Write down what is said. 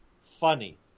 Funny